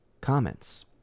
comments